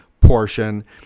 portion